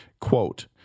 Quote